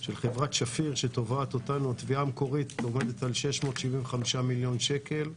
של חברת שפיר שתובעת אותנו תביעה מקורית שעומדת על 675 מיליון שקלים.